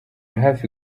hafi